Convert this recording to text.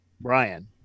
Brian